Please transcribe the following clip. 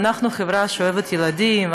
אנחנו חברה שאוהבת ילדים,